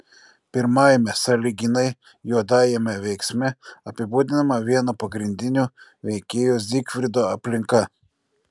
pirmajame sąlyginai juodajame veiksme apibūdinama vieno pagrindinių veikėjų zygfrido aplinka